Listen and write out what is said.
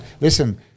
Listen